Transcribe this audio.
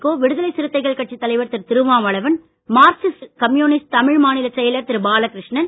கோ விடுதலை சிறுத்தைகள் கட்சி தலைவர் Thiru Thirumavalavan Marxist communist Tamil மாநில செயலர் திரு பாலகிருஷ்ணன்